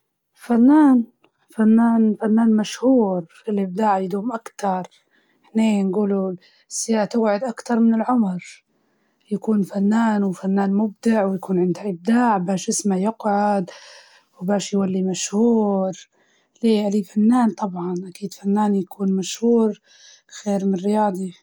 فنان مشهور، لإن الفن يلمس القلوب، ويعيش أكتر، الرياضة سمحة بس مرتبطة بالعمر و الجسد، أما الفن يجعد.